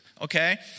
okay